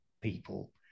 people